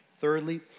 Thirdly